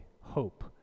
hope